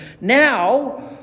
now